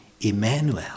Emmanuel